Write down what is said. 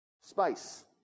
space